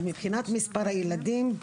אז מבחינת מספר הילדים,